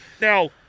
now